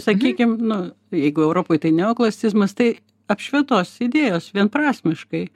sakykim nu jeigu europoj tai neoklasicizmas tai apšvietos idėjos vienprasmiškai